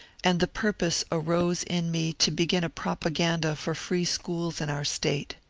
and the purpose arose in me to begin a propaganda for free schools in our state.